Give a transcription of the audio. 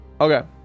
Okay